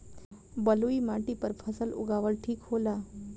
बलुई माटी पर फसल उगावल ठीक होला?